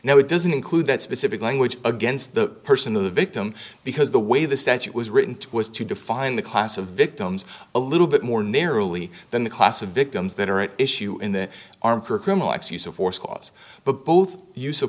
now it doesn't include that specific language against the person of the victim because the way the statute was written to was to define the class of victims a little bit more narrowly than the class of victims that are at issue in the arm for criminal acts use of force cause but both use of